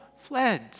fled